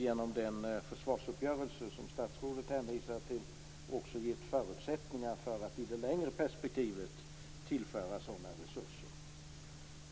Genom den försvarsuppgörelse som statsrådet hänvisade till har vi också gett förutsättningar för att i det längre perspektivet tillföra sådana resurser.